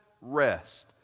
rest